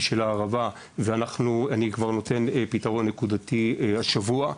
על הערבה ואני נותן פתרון נקודתי השבוע.